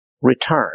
Return